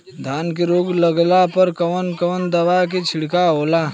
धान में रोग लगले पर कवन कवन दवा के छिड़काव होला?